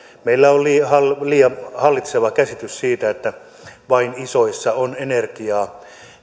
meillä on liian hallitseva käsitys siitä että vain isoissa on energiaa